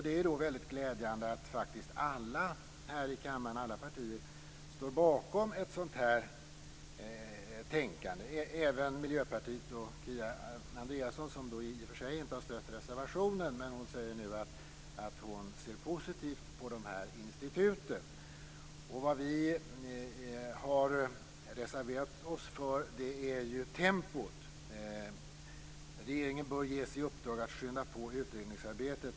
Det är glädjande att alla partier här i kammaren står bakom ett sådant tänkande, även Miljöpartiet och Kia Andreasson som i och för sig inte har stött reservationen. Men hon säger nu att hon ser positivt på dessa institut. Vad vi har reserverat oss emot är tempot. Vi har yrkat att regeringen bör ges i uppdrag att påskynda utredningsarbetet.